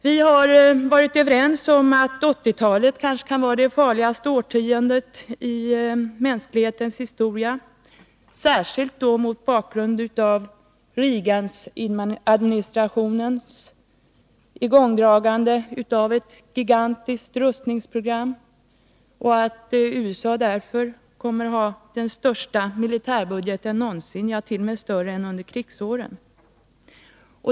Vi har varit överens om att 1980-talet kanske kan vara det farligaste årtiondet i mänsklighetens historia, särskilt mot bakgrund av att Reaganadministrationen dragit i gång ett gigantiskt rustningsprogram, vilket innebär att USA kommer att ha den största militära budgeten någonsin, t.o.m. större än under krigsåren.